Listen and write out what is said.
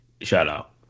shout-out